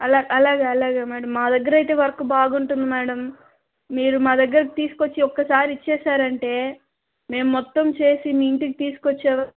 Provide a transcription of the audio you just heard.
అలా అలాగే అలాగే మేడం మా దగ్గరయితే వర్క్ బాగుంటుంది మేడం మీరు మా దగ్గర తీసుకొచ్చి ఒక్కసారి ఇచ్చేశారంటే మేము మొత్తం చేసి మీ ఇంటికి తీసుకొచ్చే వరకు